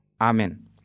Amen